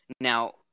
Now